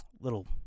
little